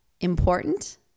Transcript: important